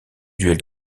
duel